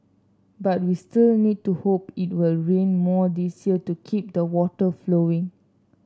but we still need to hope it will rain more this year to keep the water flowing